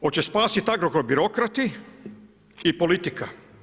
Hoće spasit Agrokor birokrati i politika?